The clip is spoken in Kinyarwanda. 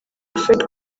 fred